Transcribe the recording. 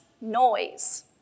noise